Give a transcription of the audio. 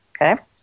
Okay